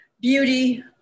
beauty